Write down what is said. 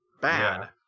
bad